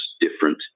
different